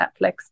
Netflix